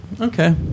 Okay